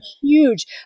huge